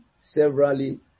severally